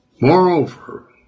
Moreover